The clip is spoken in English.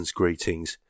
greetings